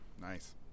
Nice